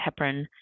heparin